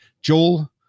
Joel